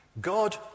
God